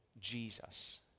Jesus